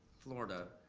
florida,